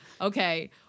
Okay